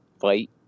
fight